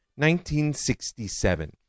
1967